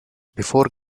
before